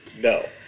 no